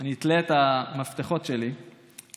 אני אתלה את המפתחות שלי בכנסת